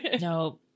No